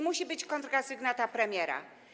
Musi być kontrasygnata premiera.